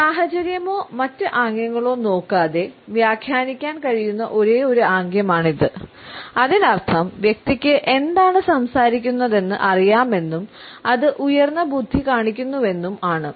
സാഹചര്യമോ മറ്റ് ആംഗ്യങ്ങളോ നോക്കാതെ വ്യാഖ്യാനിക്കാൻ കഴിയുന്ന ഒരേയൊരു ആംഗ്യമാണിത് അതിനർത്ഥം വ്യക്തിക്ക് എന്താണ് സംസാരിക്കുന്നതെന്ന് അറിയാമെന്നും അത് ഉയർന്ന ബുദ്ധി കാണിക്കുന്നുവെന്നും ആണ്